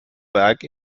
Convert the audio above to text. werk